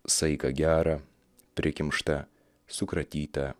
saiką gerą prikimštą sukratytą